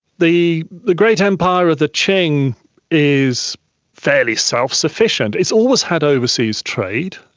the the great empire of the qing is fairly self-sufficient. it's always had overseas trade.